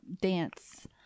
dance